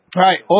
right